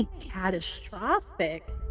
catastrophic